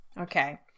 okay